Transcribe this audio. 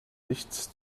nichts